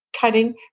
cutting